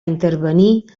intervenir